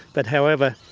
but however,